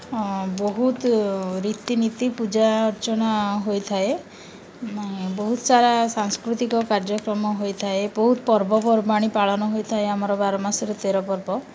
ବହୁତ ରୀତିନୀତି ପୂଜା ଅର୍ଚ୍ଚନା ହୋଇଥାଏ ବହୁତସାରା ସାଂସ୍କୃତିକ କାର୍ଯ୍ୟକ୍ରମ ହୋଇଥାଏ ବହୁତ ପର୍ବପର୍ବାଣି ପାଳନ ହୋଇଥାଏ ଆମର ବାର ମାସରେ ତେର ପର୍ବ